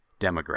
demographic